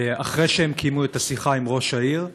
אחרי שהם קיימו את השיחה עם ראש העיר,